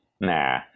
nah